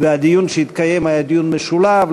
והדיון שהתקיים היה דיון משולב.